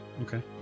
Okay